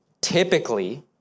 Typically